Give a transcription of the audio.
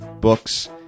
books